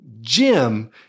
Jim